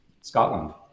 Scotland